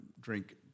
drink